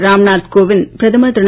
ராம் நாத் கோவிந்த் பிரதமர் திரு